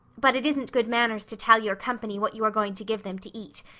but it isn't good manners to tell your company what you are going to give them to eat,